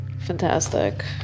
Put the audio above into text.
fantastic